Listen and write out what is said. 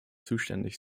zuständig